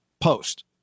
post